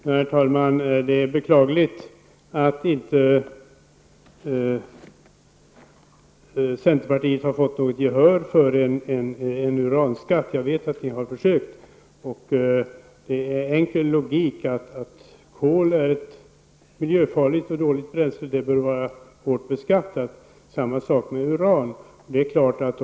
Herr talman! Det är beklagligt att inte centerpartiet har fått något gehör för en uranskatt. Jag vet att ni har försökt. Det är enkel logik att kol är ett miljöfarligt och dåligt bränsle och att det bör vara hårt beskattat. Samma sak gäller uran.